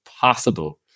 possible